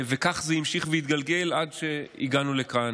וכך זה המשיך והתגלגל עד שהגענו לכאן.